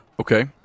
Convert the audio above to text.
Okay